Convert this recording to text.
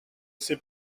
ses